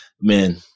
man